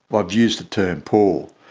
but i've used the term poor,